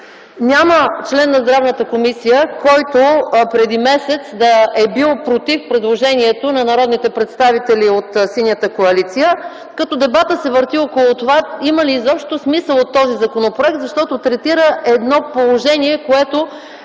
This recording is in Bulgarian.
Няма член на Здравната комисия, който преди месец да е бил против предложението на народните представители от Синята коалиция като дебатът се върти около това – има ли изобщо смисъл от този законопроект, защото третира едно положение, което